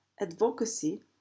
advocacy